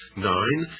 nine.